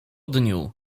dniu